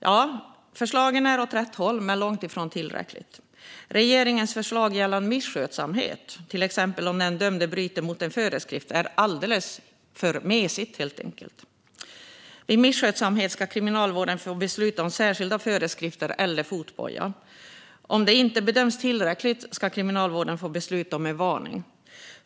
Ja, förslagen är åt rätt håll men långt ifrån tillräckliga. Regeringens förslag gällande misskötsamhet, till exempel om den dömde bryter mot en föreskrift, är alldeles för mesigt, helt enkelt. Vid misskötsamhet ska Kriminalvården få besluta om särskilda föreskrifter eller fotboja. Om det inte bedöms tillräckligt ska Kriminalvården få besluta om en varning.